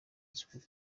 z’uku